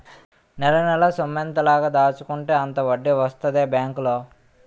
నెలనెలా సొమ్మెంత లాగ దాచుకుంటే అంత వడ్డీ వస్తదే బేంకులో